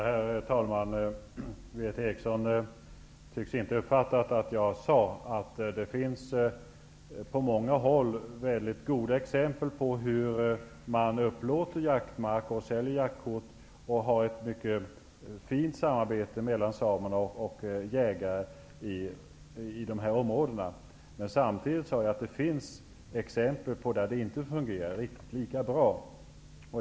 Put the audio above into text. Herr talman! Berith Eriksson tycks inte ha uppfattat att jag sade att det på många håll finns exempel på att man upplåter jaktmark och säljer jaktkort och har ett mycket fint samarbete mellan samer och jägare i dessa områden. Samtidigt finns det exempel på att det inte fungerar riktigt lika bra.